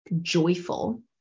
joyful